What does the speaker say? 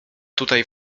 tutaj